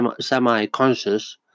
semi-conscious